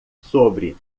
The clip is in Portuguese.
sobre